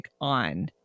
on